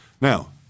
Now